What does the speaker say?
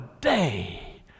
day